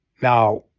Now